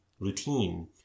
routine